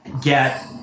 get